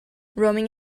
roaming